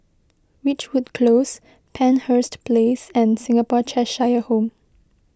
Ridgewood Close Penshurst Place and Singapore Cheshire Home